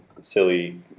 silly